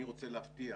אני רוצה להבטיח